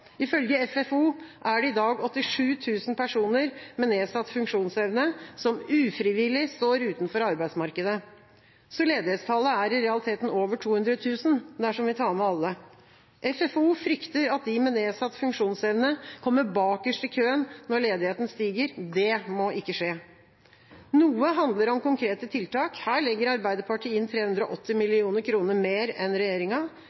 Ifølge FFO er det i dag 87 000 personer med nedsatt funksjonsevne som ufrivillig står utenfor arbeidsmarkedet. Så ledighetstallet er i realiteten over 200 000 dersom vi tar med alle. FFO frykter at de med nedsatt funksjonsevne kommer bakerst i køen når ledigheten stiger. Det må ikke skje. Noe handler om konkrete tiltak. Her legger Arbeiderpartiet inn 380 mill. kr. mer enn regjeringa.